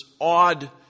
odd